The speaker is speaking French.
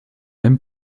même